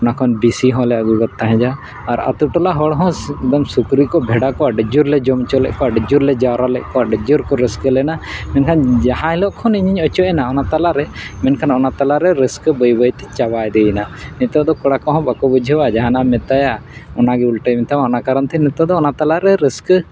ᱚᱱᱟ ᱠᱷᱚᱱ ᱵᱤᱥᱤ ᱦᱚᱸᱞᱮ ᱟᱹᱜᱩ ᱜᱚᱫ ᱛᱟᱦᱮᱸᱫᱼᱟ ᱟᱨ ᱟᱹᱛᱩ ᱴᱚᱞᱟ ᱦᱚᱲ ᱦᱚᱸ ᱥᱩᱠᱨᱤ ᱠᱚ ᱵᱷᱮᱰᱟ ᱠᱚ ᱟᱹᱰᱤ ᱡᱳᱨᱞᱮ ᱡᱚᱢ ᱚᱪᱚᱞᱮᱫ ᱠᱚᱣᱟ ᱟᱹᱰᱤ ᱡᱳᱨᱞᱮ ᱡᱟᱣᱨᱟ ᱞᱮᱫ ᱠᱚᱣᱟ ᱟᱹᱰᱤ ᱡᱳᱨ ᱠᱚ ᱨᱟᱹᱥᱠᱟᱹ ᱞᱮᱱᱟ ᱢᱮᱱᱠᱷᱟᱱ ᱡᱟᱦᱟᱸ ᱦᱤᱞᱳᱜ ᱠᱷᱚᱱ ᱤᱧᱤᱧ ᱚᱪᱚᱜ ᱮᱱᱟ ᱚᱱᱟ ᱛᱟᱞᱟᱨᱮ ᱢᱮᱱᱠᱷᱟᱱ ᱚᱱᱟ ᱛᱟᱞᱟᱨᱮ ᱨᱟᱹᱥᱠᱟᱹ ᱵᱟᱹᱭ ᱵᱟᱹᱭ ᱛᱮ ᱪᱟᱵᱟ ᱤᱫᱤᱭᱮᱱᱟ ᱱᱤᱛᱚᱜ ᱫᱚ ᱠᱚᱲᱟ ᱠᱚᱦᱚᱸ ᱵᱟᱠᱚ ᱵᱩᱡᱷᱟᱹᱣᱟ ᱡᱟᱦᱟᱱᱟᱜ ᱮᱢ ᱢᱮᱛᱟᱭᱟ ᱚᱱᱟ ᱜᱮ ᱩᱞᱴᱟᱹᱭ ᱢᱮᱛᱟᱢᱟ ᱚᱱᱟ ᱠᱟᱨᱚᱱ ᱛᱮ ᱱᱤᱛᱚᱜ ᱫᱚ ᱚᱱᱟ ᱛᱟᱞᱟᱨᱮ ᱨᱟᱹᱥᱠᱟᱹ